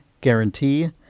guarantee